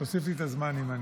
תוסיף לי את הזמן, נכון?